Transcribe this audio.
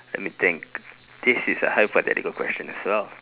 let me think this is a hypothetical question as well